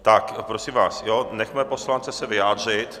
Tak prosím vás, nechme poslance se vyjádřit.